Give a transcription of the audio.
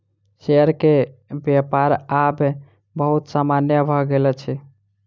share के व्यापार आब बहुत सामान्य भ गेल अछि